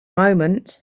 moment